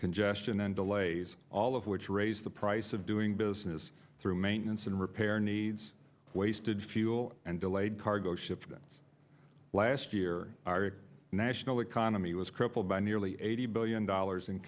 congestion and delays all of which raise the price of doing business through maintenance and repair needs wasted fuel and delayed cargo shipments last year our national economy was crippled by nearly eighty billion dollars